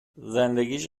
زندگیش